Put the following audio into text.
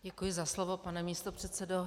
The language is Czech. Děkuji za slovo, pane místopředsedo.